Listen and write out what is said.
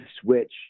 switch